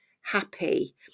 happy